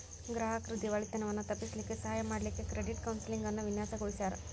ಗ್ರಾಹಕ್ರ್ ದಿವಾಳಿತನವನ್ನ ತಪ್ಪಿಸ್ಲಿಕ್ಕೆ ಸಹಾಯ ಮಾಡ್ಲಿಕ್ಕೆ ಕ್ರೆಡಿಟ್ ಕೌನ್ಸೆಲಿಂಗ್ ಅನ್ನ ವಿನ್ಯಾಸಗೊಳಿಸ್ಯಾರ್